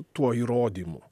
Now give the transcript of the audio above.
tuo įrodymu